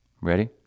Ready